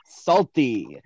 Salty